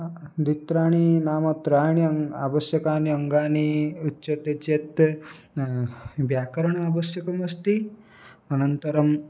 द्वित्राणि नाम त्रीणि अङ्गानि आवश्यकानि अङ्गानि उच्यते चेत् वा व्याकरणम् आवश्यकमस्ति अनन्तरं